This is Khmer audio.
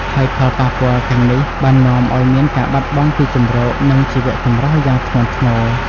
ហើយផលប៉ះពាល់ទាំងនេះបាននាំឱ្យមានការបាត់បង់ទីជម្រក និងជីវៈចម្រុះយ៉ាងធ្ងន់ធ្ងរ។